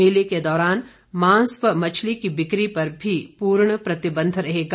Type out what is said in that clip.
मेले के दौरान मांस व मछली की बिकी पर भी पूर्ण प्रतिबंध रहेगा